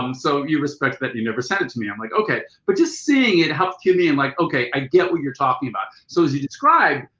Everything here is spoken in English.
um so you respected that and you never sent it to me. i'm like ok. but just seeing it helped give me and like ok i get what you're talking about. so as you described,